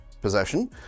possession